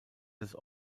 des